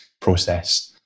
process